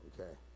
Okay